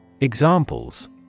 Examples